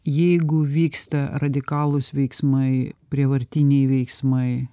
jeigu vyksta radikalūs veiksmai prievartiniai veiksmai